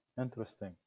Interesting